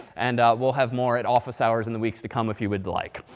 and we'll have more at office hours in the weeks to come, if you would like.